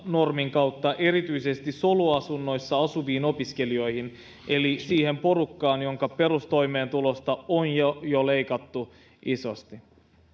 asunnon normin kautta erityisesti soluasunnoissa asuviin opiskelijoihin eli siihen porukkaan jonka perustoimeentulosta on jo jo leikattu isosti